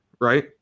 right